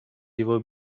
его